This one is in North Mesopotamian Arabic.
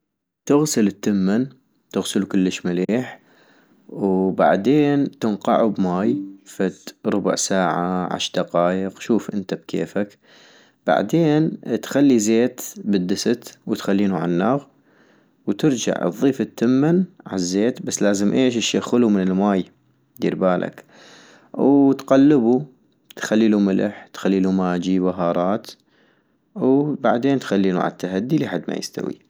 تغسل التمن، تغسلو كلش مليح - ووبعدين تنقعو بماي فد ربع ساعة عشر دقايق، شوف انت بكيفك - بعدين تخلي زيت بالدست وتخلينو عالناغ -وترجع اتضيف التمن عالزيت، بس لازم ايش، تشخلو من الماي ديربالك -وتقلبو، تخليلو ملح، تخليلو ماجي، بهارات - وبعدين تخلينو عالتهدي لي حد ما يستوي